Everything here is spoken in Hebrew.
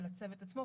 של הצוות עצמו,